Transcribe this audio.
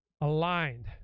aligned